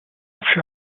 für